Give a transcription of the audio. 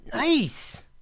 nice